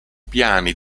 piani